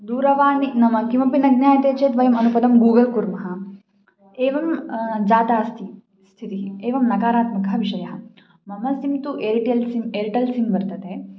दूरवाणी नाम किमपि न ज्ञायते चेत् वयम् अनुपदं गूगल् कुर्मः एवं जाता अस्ति स्थितिः एवं नकारात्मकः विषयः मम सिम् तु एर्टेल् सिम् एर्टल् सिं वर्तते